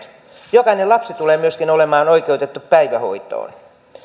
jokainen lapsi tulee myöskin olemaan oikeutettu päivähoitoon